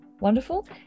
wonderful